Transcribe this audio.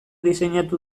diseinatu